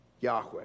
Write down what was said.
Yahweh